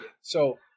So-